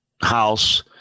house